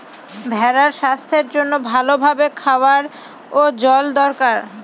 ভেড়ার স্বাস্থ্যের জন্য ভালো ভাবে খাওয়ার এবং জল দরকার